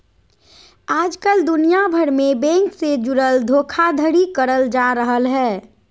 आजकल दुनिया भर मे बैंक से जुड़ल धोखाधड़ी करल जा हय